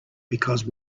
because